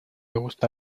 gusta